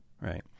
Right